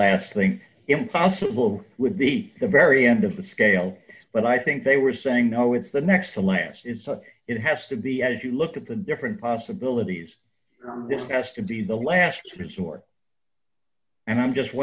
last thing impossible would be the very end of the scale but i think they were saying no it's the next to last is so it has to be as you look at the different possibilities this has to be the last resort and i'm just